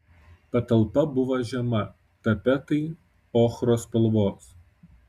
patalpa buvo žema tapetai ochros spalvos